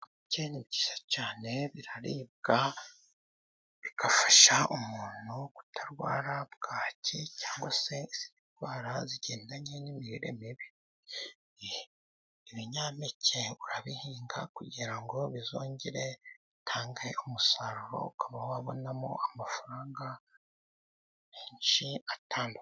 Ibinyampeke ni byiza cyane biraribwa, bigafasha umuntu kutarwara bwaki cyangwa se indwara zigendanye n'imirire mibi, ibinyampeke urabihinga kugira ngo bizongere bitange umusaruro, ukaba wabonamo amafaranga menshi atandukanye.